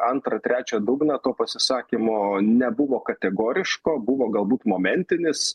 antrą trečią dugną to pasisakymo nebuvo kategoriško buvo galbūt momentinis